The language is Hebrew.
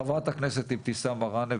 חה"כ אבתיסאם מראענה,